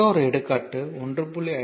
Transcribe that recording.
மற்றொரு எடுத்துக்காட்டு 1